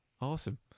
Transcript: Awesome